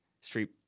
street